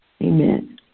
Amen